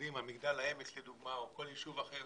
כמו מגדל העמק או יישוב אחר,